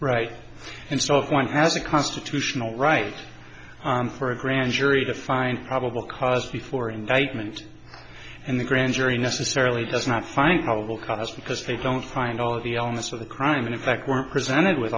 right and so one has a constitutional right for a grand jury to find probable cause before and i meant and the grand jury necessarily does not find probable cause because they don't find all the elements of the crime and in fact were presented with